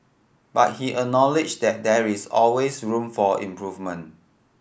but he acknowledged that there is always room for improvement